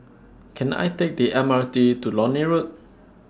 Can I Take The M R T to Lornie Road